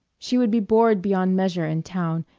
she would be bored beyond measure in town,